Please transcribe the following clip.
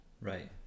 Right